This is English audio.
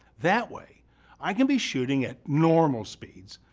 that way i can be shooting at normal speeds,